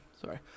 Sorry